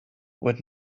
would